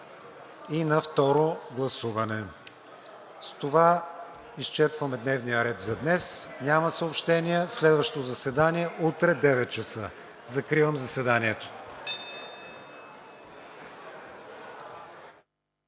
и на второ гласуване. С това изчерпваме дневния ред за днес. Няма съобщения. Следващо заседание утре в 9,00 ч. Закривам заседанието.